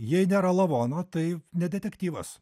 jei nėra lavono tai ne detektyvas